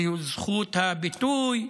היא זכות הביטוי,